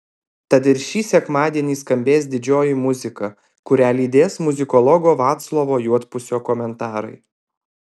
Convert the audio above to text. tad ir šį sekmadienį skambės didžioji muzika kurią lydės muzikologo vaclovo juodpusio komentarai